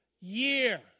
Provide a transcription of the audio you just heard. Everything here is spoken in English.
year